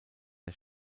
der